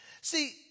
See